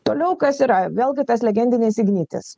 toliau kas yra vėlgi tas legendinis ignitis